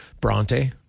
Bronte